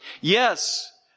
Yes